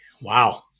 Wow